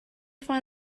find